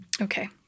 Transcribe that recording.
Okay